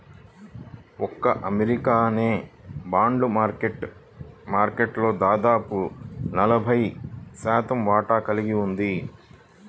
ఒక్క అమెరికానే bond market మార్కెట్లో దాదాపు నలభై శాతం వాటాని కలిగి ఉంది